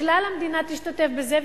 שכלל המדינה תשתתף בזה,